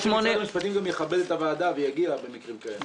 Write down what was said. היה כדאי שמשרד המשפטים יכבד את הוועדה ויגיע במקרים כאלה.